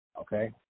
Okay